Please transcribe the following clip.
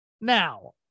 Now